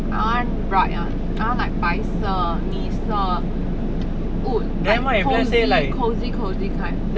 I want bright [one] I want like 白色米色 wood cosy cosy cosy kind